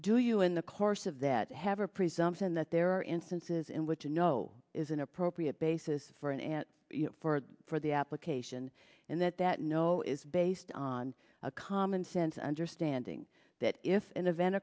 do you in the course of that have a presumption that there are instances in which a no is an appropriate basis for an answer for the application and that that know is based on a common sense understanding that if an event